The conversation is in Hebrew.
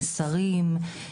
מסרים,